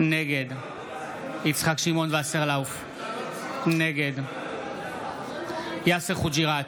נגד יצחק שמעון וסרלאוף, נגד יאסר חוג'יראת,